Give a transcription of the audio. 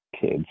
kids